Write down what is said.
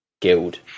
guild